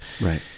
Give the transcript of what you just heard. Right